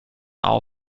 all